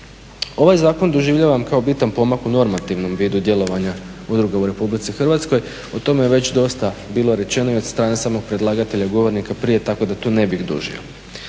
Ovaj zakon doživljavam kao bitan pomak u normativnom vidu djelovanja udruga u Republici Hrvatskoj. O tome je već dosta bilo rečeno i od strane samog predlagatelja, govornika prije tako da tu ne bih dužio.